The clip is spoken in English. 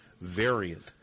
variant